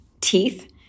teeth